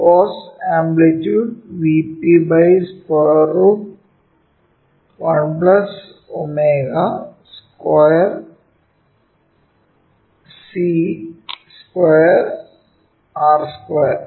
cos amplitude Vp square root 1 ω square c square R square